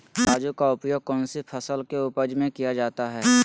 तराजू का उपयोग कौन सी फसल के उपज में किया जाता है?